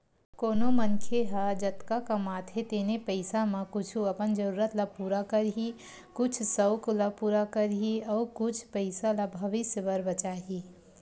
कोनो मनखे ह जतका कमाथे तेने पइसा म कुछ अपन जरूरत ल पूरा करही, कुछ सउक ल पूरा करही अउ कुछ पइसा ल भविस्य बर बचाही